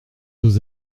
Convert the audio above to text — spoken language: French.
aux